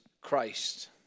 Christ